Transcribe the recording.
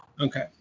Okay